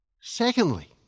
Secondly